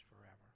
forever